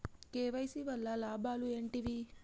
KYC వల్ల లాభాలు ఏంటివి?